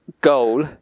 goal